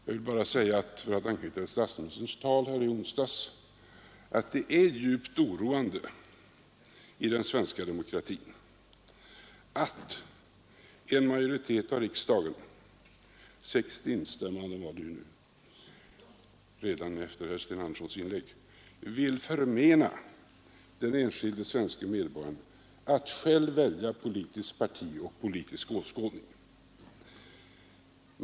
Men för att anknyta till statsministerns tal här i onsdags vill jag bara säga att det är djupt oroande i den svenska demokratin att en majoritet av riksdagen — det blev ju ett 60-tal instämmanden efter herr Sten Anderssons inlägg vill förmena den enskilde svenske medborgaren att själv välja politiskt parti och politisk åskådning.